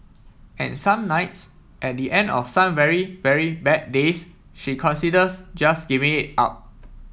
and some nights at the end of some very very bad days she considers just giving it up